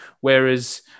Whereas